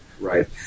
Right